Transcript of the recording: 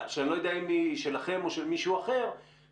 אנחנו גם שומעים הרבה את השטח,